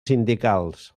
sindicals